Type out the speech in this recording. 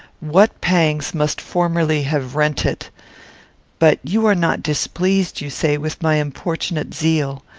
what pangs must formerly have rent it but you are not displeased, you say, with my importunate zeal.